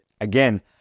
again